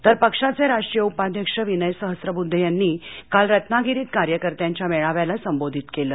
तर पक्षाचे राष्ट्रीय उपाध्यक्ष विनय सहस्रबुद्धे यांनी काल रत्नागिरीत कार्यकर्त्यांच्या मेळाव्याला संबोधित केलं